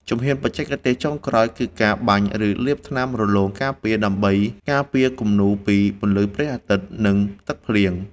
ជំហានបច្ចេកទេសចុងក្រោយ គឺការបាញ់ ឬលាបថ្នាំរលោងការពារ ដើម្បីការពារគំនូរពីពន្លឺព្រះអាទិត្យ និងទឹកភ្លៀង។